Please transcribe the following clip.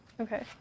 okay